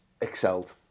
excelled